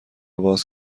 باز